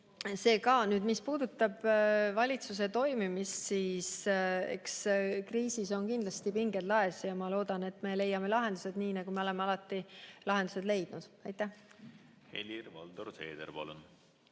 kriisiga. Mis puudutab valitsuse toimimist, siis eks kriisis on kindlasti pinged laes, aga ma loodan, et me leiame lahendused, nii nagu me oleme alati need leidnud. Helir-Valdor Seeder, palun!